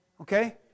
Okay